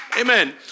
Amen